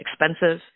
expensive